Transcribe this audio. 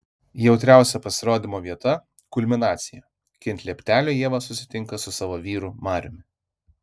jautriausia pasirodymo vieta kulminacija kai ant lieptelio ieva susitinka su savo vyru mariumi